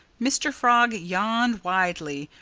mr. frog yawned widely,